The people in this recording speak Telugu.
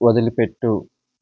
వదిలిపెట్టు